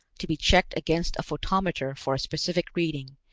to be checked against a photometer for a specific reading,